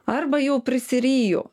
arba jau prisiryju